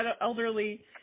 elderly